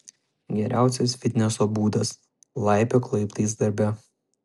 geriausias fitneso būdas laipiok laiptais darbe